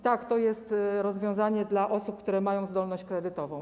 Tak, to jest rozwiązanie dla osób, które mają zdolność kredytową.